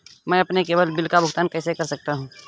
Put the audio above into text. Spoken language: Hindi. मैं अपने केवल बिल का भुगतान कैसे कर सकता हूँ?